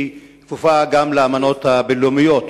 היא כפופה גם לאמנות הבין-לאומיות.